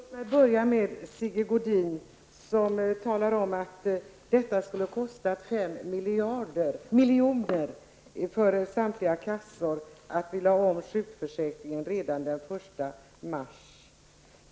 Herr talman! Låt mig börja med Sigge Godin, som talar om att det skulle kosta 5 miljoner för samtliga kassor att lägga om sjukförsäkringen redan den 1 mars.